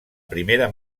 primera